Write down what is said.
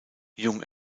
jung